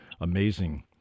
amazing